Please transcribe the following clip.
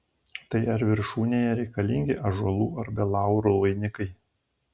tai ar viršūnėje reikalingi ąžuolų arba laurų vainikai